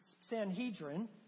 Sanhedrin